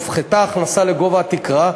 הופחתה ההכנסה לגובה התקרה,